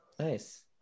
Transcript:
nice